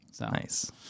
Nice